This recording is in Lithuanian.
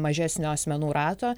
mažesnio asmenų rato